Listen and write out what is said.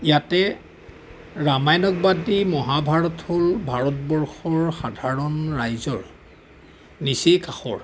ইয়াতে ৰামায়ণক বাদ দি মহাভাৰত হ'ল ভাৰতবৰ্ষৰ সাধাৰণ ৰাইজৰ নিচেই কাষৰ